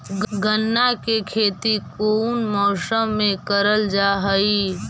गन्ना के खेती कोउन मौसम मे करल जा हई?